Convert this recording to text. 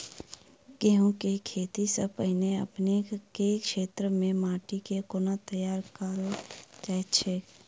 गेंहूँ केँ खेती सँ पहिने अपनेक केँ क्षेत्र मे माटि केँ कोना तैयार काल जाइत अछि?